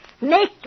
Make